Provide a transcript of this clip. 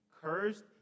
Cursed